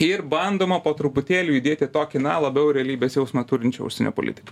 ir bandoma po truputėlį judėti tokį na labiau realybės jausmą turinčią užsienio politiką